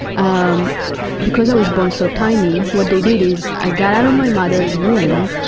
um because i was born so tiny, what they did is, i got out of my mother's womb,